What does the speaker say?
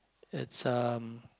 it's um